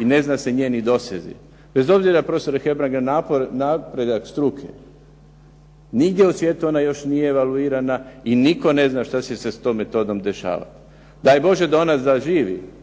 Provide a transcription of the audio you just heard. i ne znaju se njezini dosezi. Bez obzira, profesore Hebrang, na napredak struke, nigdje u svijetu ona još nije evaluirana i nitko ne zna što se s tom metodom dešava. Daj Bože da ona zaživi,